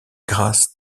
grâce